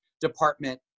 Department